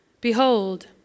Behold